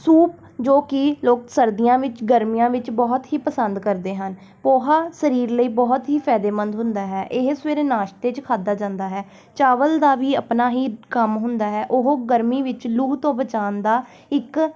soup ਜੋ ਕਿ ਲੋਕ ਸਰਦੀਆਂ ਵਿੱਚ ਗਰਮੀਆਂ ਵਿੱਚ ਬਹੁਤ ਹੀ ਪਸੰਦ ਕਰਦੇ ਹਨ ਪੋਹਾ ਸਰੀਰ ਲਈ ਬਹੁਤ ਹੀ ਫਾਇਦੇਮੰਦ ਹੁੰਦਾ ਹੈ ਇਹ ਸਵੇਰੇ ਨਾਸ਼ਤੇ 'ਚ ਖਾਧਾ ਜਾਂਦਾ ਹੈ ਚਾਵਲ ਦਾ ਵੀ ਆਪਣਾ ਹੀ ਕੰਮ ਹੁੰਦਾ ਹੈ ਉਹ ਗਰਮੀ ਵਿੱਚ ਲੂ ਤੋਂ ਬਚਾਉਣ ਦਾ ਇੱਕ